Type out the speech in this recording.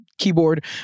keyboard